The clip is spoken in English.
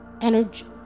energy